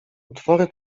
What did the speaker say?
utwory